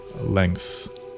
length